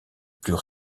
plus